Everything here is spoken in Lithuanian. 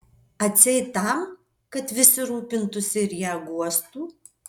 atseit tam kad visi rūpintųsi ir ją guostų